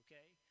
Okay